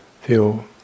feel